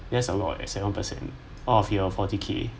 that's a lot at seven percent out of your forty K